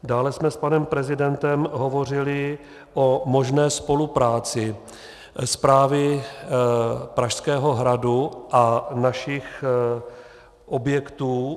Dále jsme s panem prezidentem hovořili o možné spolupráci Správy Pražského hradu a našich objektů.